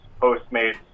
postmates